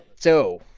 so